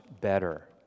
better